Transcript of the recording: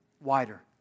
wider